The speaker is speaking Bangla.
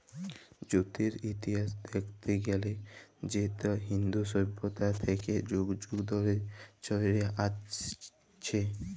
জুটের ইতিহাস দ্যাইখতে গ্যালে সেট ইন্দু সইভ্যতা থ্যাইকে যুগ যুগ ধইরে চইলে আইসছে